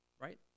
right